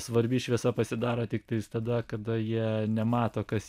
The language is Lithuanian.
svarbi šviesa pasidaro tiktais tada kada jie nemato kas